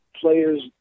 players